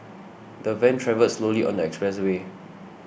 the van travelled slowly on the expressway